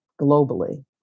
globally